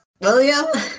William